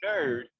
nerd